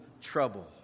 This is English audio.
trouble